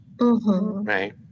Right